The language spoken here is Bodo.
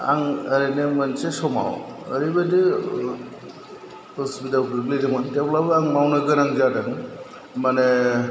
आं ओरैनो मोनसे समाव ओरैबादि उसुबिदायाव गोग्लैदोंमोन थेवब्लाबो आं मावनो गोनां जादों माने